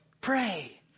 pray